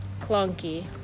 clunky